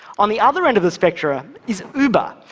um the other end of the spectra is uber.